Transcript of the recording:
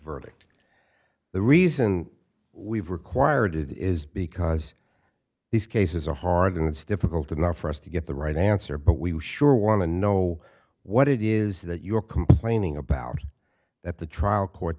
verdict the reason we've required it is because these cases are hard it's difficult enough for us to get the right answer but we sure want to know what it is that you're complaining about that the trial court